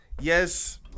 yes